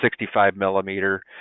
65-millimeter